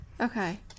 Okay